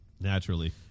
naturally